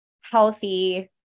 healthy